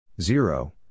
Zero